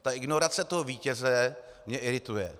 Ta ignorace toho vítěze mě irituje.